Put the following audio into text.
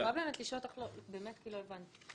באמת לא הבנתי.